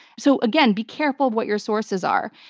so again, be careful of what your sources are.